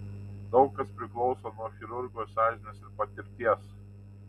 daug kas priklauso nuo chirurgo sąžinės ir patirties